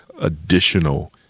additional